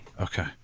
Okay